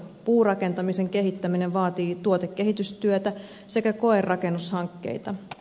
puurakentamisen kehittäminen vaatii tuotekehitystyötä sekä koerakennushankkeita